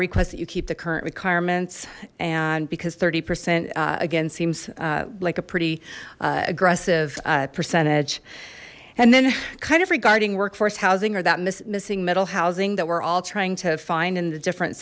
request that you keep the current requirements and because thirty percent again seems like a pretty aggressive percentage and then kind of regarding workforce housing or that missing middle housing that we're all trying to find in the different